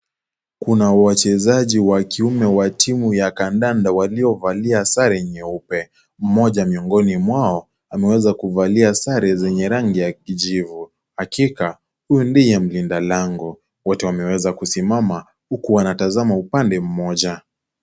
Kuna wachezaji wa kiume wa timu ya kandanda waliovalia sare nyeupe, mmoja miongini mwao ameweza kuvalia sare zenye rangi ya kijivu hakika huyu ndiye mlinda lango wote wameweza kusimama huku wanatazama upande mmoja.